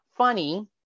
Funny